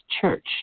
church